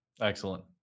Excellent